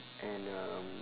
and um